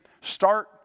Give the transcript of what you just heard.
start